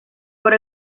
por